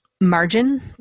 margin